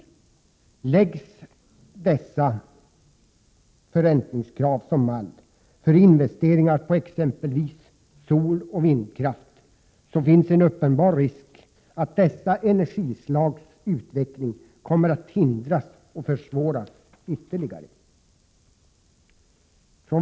Läggs dessa förräntningskrav som mall för investeringar i exempelvis soloch vindkraft, finns en uppenbar risk att dessa energislags utveckling kommer att hindras och försvåras ytterligare.